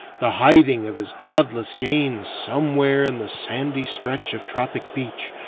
the hiding of his godless gains somewhere in the sandy stretch of tropic beach,